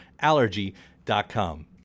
Allergy.com